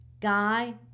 Guy